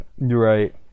Right